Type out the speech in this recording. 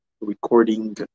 recording